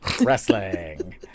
Wrestling